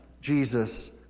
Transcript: Jesus